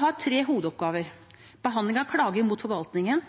har tre hovedoppgaver: behandling av klager mot forvaltningen,